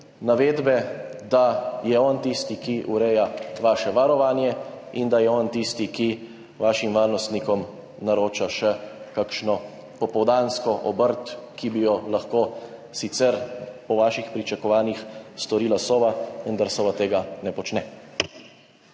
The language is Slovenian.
navedbe, da je on tisti, ki ureja vaše varovanje, in da je on tisti, ki vašim varnostnikom naroča še kakšno popoldansko obrt, ki bi jo lahko sicer po vaših pričakovanjih opravila Sova, vendar Sova tega ne počne?